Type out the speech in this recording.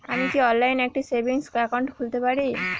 আমি কি অনলাইন একটি সেভিংস একাউন্ট খুলতে পারি?